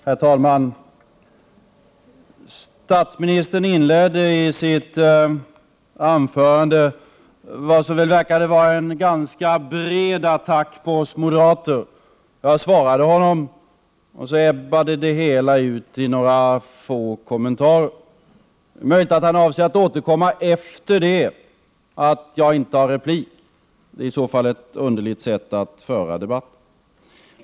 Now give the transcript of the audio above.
Herr talman! Statsministern inledde sitt anförande med vad som verkade vara en ganska bred attack mot oss moderater. Jag svarade statsministern, och sedan ebbade det hela ut i några få kommentarer. Det är möjligt att statsministern avser att återkomma efter det att jag inte har rätt till fler repliker. Det är i så fall ett underligt sätt att föra en debatt.